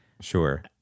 Sure